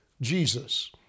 Jesus